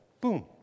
Boom